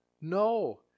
No